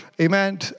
Amen